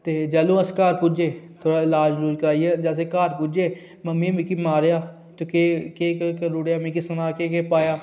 ते जैलूं अस घर पुज्जे थोह्ड़ा लाज कराइयै जेसै घर पुज्जे मम्मी मिगी मारेआ ते केह् केह् करू ओड़ेआ मिगी समझा केह् केह् पाया